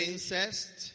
Incest